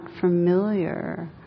familiar